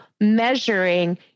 measuring